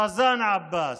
רזאן עבאס.